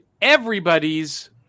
everybody's